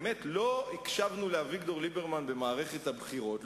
באמת לא הקשבנו לאביגדור ליברמן במערכת הבחירות,